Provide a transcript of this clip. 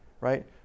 right